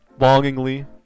longingly